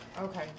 Okay